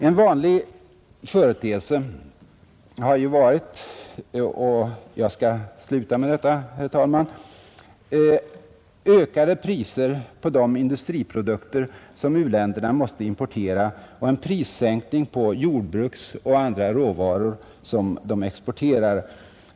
En vanlig företeelse har ju varit, och jag skall sluta med detta, herr talman, ökade priser på de industriprodukter som u-länderna måste importera och en prissänkning på jordbruksoch andra råvaror som de exporterar.